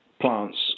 plants